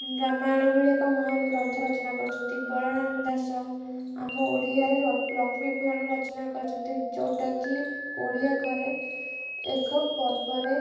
ରାମାୟଣ ଭଳି ଏକ ମହାନ ଗ୍ରନ୍ଥ ରଚନା କରିଛନ୍ତି ବଳରାମ ଦାସ ଆମ ଓଡ଼ିଆରେ ଲକ୍ଷ୍ମୀପୂରାଣ ରଚନା କରିଛନ୍ତି ଯେଉଁଟାକି ଓଡ଼ିଆ ଘରେ ଏକ ପର୍ବରେ